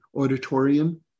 auditorium